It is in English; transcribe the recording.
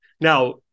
Now